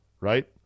Right